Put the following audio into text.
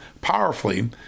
powerfully